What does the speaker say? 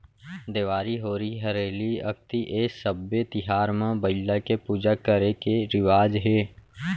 देवारी, होरी हरेली, अक्ती ए सब्बे तिहार म बइला के पूजा करे के रिवाज हे